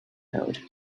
node